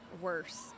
worse